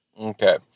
Okay